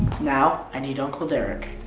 now i need uncle derek.